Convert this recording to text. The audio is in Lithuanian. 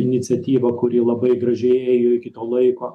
iniciatyvą kuri labai gražiai ėjo iki to laiko